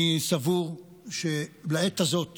אני סבור שלעת הזאת